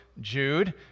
Jude